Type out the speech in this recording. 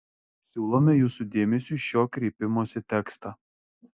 siūlome jūsų dėmesiui šio kreipimosi tekstą